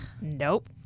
Nope